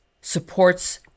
supports